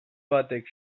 batek